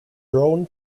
thrown